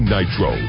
Nitro